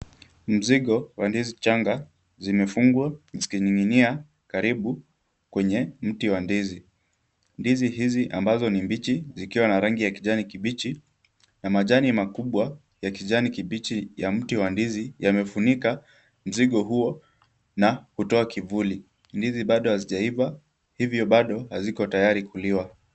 Mzigo wa ndizi changa zimefungwa zikining'inia karibu kwenye mti wa ndizi. Ndizi hizi ambazo ni mbichi zikiwa na rangi ya kijani kibichi na majani makubwa ya kijani kibichi ya mti wa ndizi yamefunika mzigo huo na kutoa kivuli. Ndizi bado hazijaiva hivyo bado haziko tayari kuliwa.